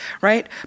right